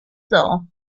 zoo